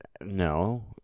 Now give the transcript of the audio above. no